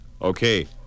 Okay